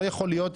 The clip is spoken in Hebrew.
לא יכול להיות.